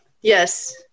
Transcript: Yes